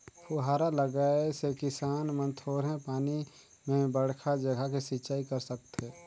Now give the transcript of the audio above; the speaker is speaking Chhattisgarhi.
फुहारा लगाए से किसान मन थोरहें पानी में बड़खा जघा के सिंचई कर सकथें